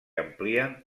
amplien